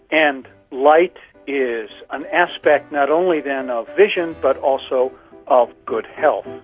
and light is an aspect not only then of vision but also of good health.